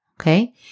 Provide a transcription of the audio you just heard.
Okay